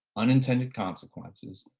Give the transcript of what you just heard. unintended consequences,